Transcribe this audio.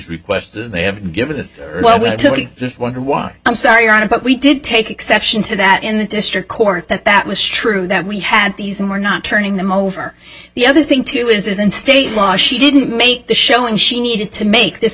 requested they have given well we'll tell you this wonder why i'm sorry your honor but we did take exception to that in the district court that that was true that we had these and we're not turning them over the other thing too is in state law she didn't make the showing she needed to make this